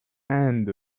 and